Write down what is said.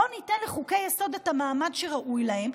בואו ניתן לחוקי-היסוד את המעמד שראוי להם,